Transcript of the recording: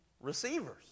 receivers